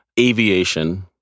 aviation